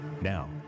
Now